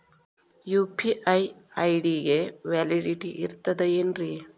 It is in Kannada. ಯು.ಪಿ.ಐ ಐ.ಡಿ ಗೆ ವ್ಯಾಲಿಡಿಟಿ ಇರತದ ಏನ್ರಿ?